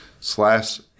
slash